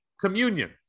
Communion